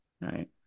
right